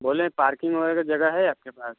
बोल रहें पार्किंग वगैरह का जगह है आपके पास